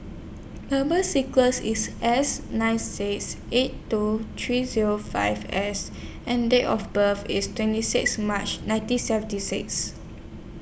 Number sequence IS S nine six eight two three Zero five S and Date of birth IS twenty six March nineteen seventy six